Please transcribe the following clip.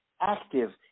active